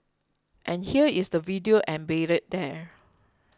and here is the video embedded there